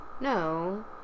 No